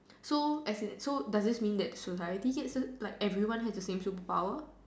so as in so does this mean that society gets it like everyone has the same super power